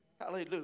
Hallelujah